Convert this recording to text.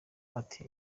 ati